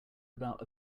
about